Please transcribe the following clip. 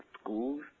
schools